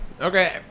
okay